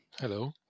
Hello